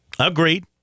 Agreed